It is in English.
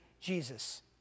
Jesus